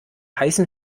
heißen